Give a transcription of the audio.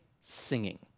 singing